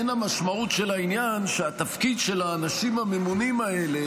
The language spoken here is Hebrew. אין המשמעות של העניין שהתפקיד של האנשים הממונים האלה